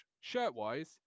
Shirt-wise